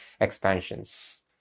expansions